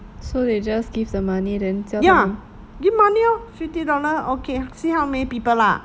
ya give money lor fifty dollar okay see how many people lah